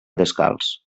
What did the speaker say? descalç